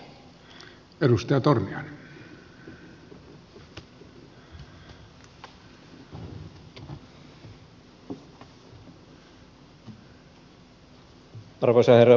arvoisa herra puhemies